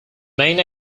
main